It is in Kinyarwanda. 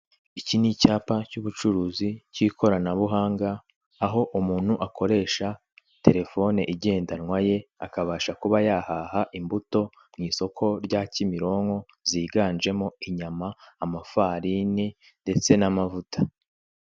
Iki ni icyapa cy'ubucuruzi cy'ikoranabuhanga aho umuntu akoresha terefone igendanwa ye akabasha kuba yahaha imbuto mu isoko rya Kimironko ziganjemo inyama, amafarini ndetse n'amavuta.